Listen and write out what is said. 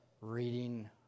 reading